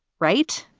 right?